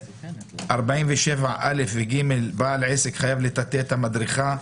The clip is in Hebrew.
בסעיף 47 (א): בעל עסק חייב לטאטא את המדרכה,